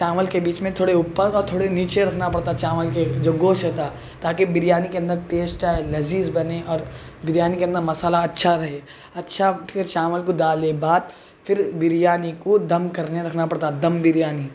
چاول کے ڈش میں تھوڑے اوپر تھوڑے نیچے رکھنا پڑتا چاول کے جو گوش رہتا تا کہ بریانی کے اندر ٹیسٹ آئے لذیذ بنے اور ڈیزائن کے اندر مصالحہ اچھا رہے اچھا پھر چاول کو ڈالے بعد پھر بریانی کو دم کرنے رکھنا پڑتا دم بریانی